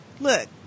look